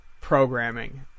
programming